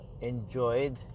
enjoyed